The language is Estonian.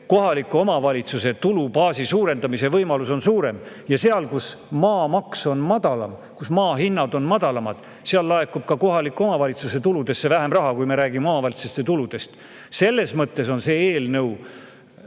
kohaliku omavalitsuse tulubaasi suurendamise võimalus suurem. Ja seal, kus maamaks on madalam, kus maa hinnad on madalamad, laekub ka kohaliku omavalitsuse tuludesse vähem raha. Selles mõttes on see eelnõu